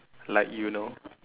like you know